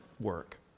work